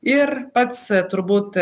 ir pats turbūt